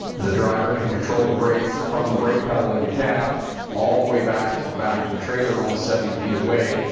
the driver can control the brakes from the brake pedal in the cab all the way back to the back of the trailer almost seventy feet away,